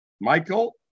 Michael